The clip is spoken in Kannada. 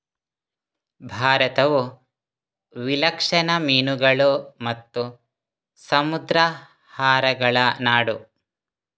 ಭಾರತವು ವಿಲಕ್ಷಣ ಮೀನುಗಳು ಮತ್ತು ಸಮುದ್ರಾಹಾರಗಳ ನಾಡು